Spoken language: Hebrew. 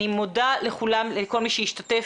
אני מודה לכל מי שהשתתף.